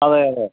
അതെയതെ